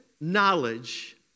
knowledge